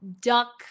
duck